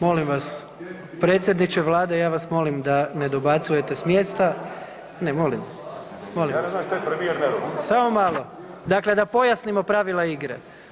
Molim vas, predsjedniče Vlade ja vas molim da ne dobacujete s mjesta, ne, molim vas [[Upadica: Ja ne znam šta je premijer nervozan?]] molim vas, samo malo, dakle da pojasnimo pravila igre.